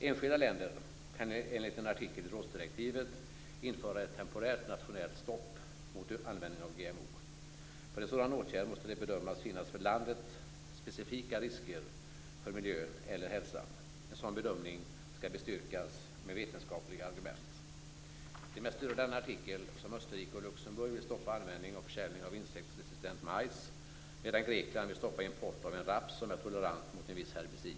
Enskilda länder kan enligt en artikel i rådsdirektivet införa ett temporärt nationellt stopp mot användningen av GMO. För en sådan åtgärd måste det bedömas finnas för landet specifika risker för miljön eller hälsan. En sådan bedömning skall bestyrkas med vetenskapliga argument. Det är med stöd av denna artikel som Österrike och Luxemburg vill stoppa användning och försäljning av insektsresistent majs, medan Grekland vill stoppa import av en raps som är tolerant mot en viss herbicid.